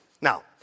Now